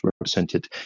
represented